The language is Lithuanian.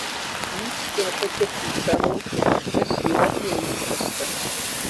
jūs kepate picą lauke kas yra neįprasta